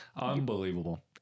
Unbelievable